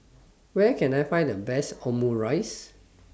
Where Can I Find The Best Omurice